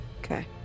Okay